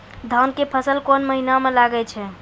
धान के फसल कोन महिना म लागे छै?